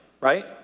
right